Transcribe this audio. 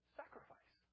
sacrifice